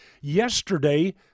yesterday